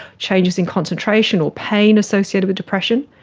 changes in concentration or pain associated with depression.